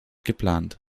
geplant